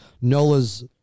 Nola's